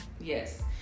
Yes